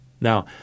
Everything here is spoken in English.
Now